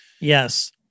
Yes